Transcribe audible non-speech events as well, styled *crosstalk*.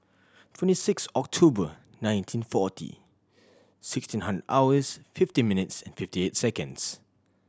twenty six October nineteen forty sixteen *unintelligible* hours fifty minutes and fifty eight seconds